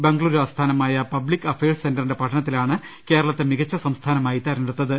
ബംഗളൂരു ആസ്ഥാനമായ public affairs സെന്ററിന്റെ പഠനത്തിലാണ് കേരളത്തെ മികച്ച സംസ്ഥാനമായി തെരഞ്ഞെടുത്തത്